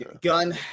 gun